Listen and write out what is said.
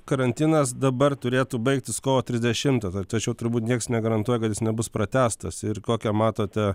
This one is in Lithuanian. karantinas dabar turėtų baigtis kovo trisdešimtą tačiau turbūt nieks negarantuoja kad jis nebus pratęstas ir kokią matote